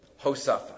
Hosafa